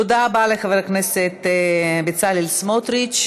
תודה רבה לחבר הכנסת בצלאל סמוטריץ.